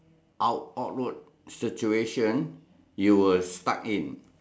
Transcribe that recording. aw awkward situation you were stuck in